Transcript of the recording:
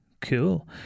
Cool